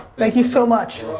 thank you so much.